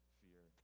fear